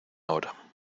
ahora